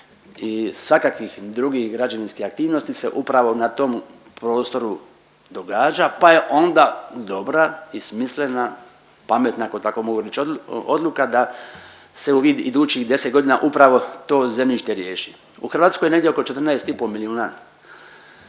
i svakakvih drugih građevinskih aktivnosti se upravo na tom prostoru događa, pa je onda dobra i smislena, pametna ako tako mogu reći odluka da se u ovih idućih deset godina upravo to zemljište riješi. U Hrvatskoj je negdje oko 14 i pol milijuna